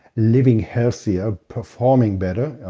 living healthier performing better,